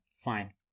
fine